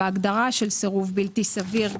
בהגדרה של סירוב בלתי סביר,